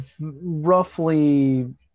roughly